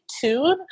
tune